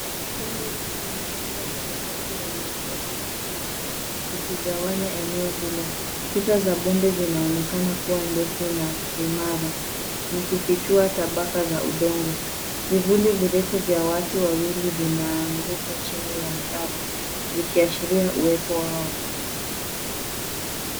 Bonde refu limechimbwa kwenye ardhi yenye udongo mwekundu likigawanya eneo hilo. Kuta za bonde zinaonekana kuwa ndefu na imara zikifichua tabaka za udongo. Vivuli virefu vya watu wawili vinaanguka chini ya mtaro vikiashiria uwepo wao.